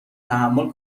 تحمل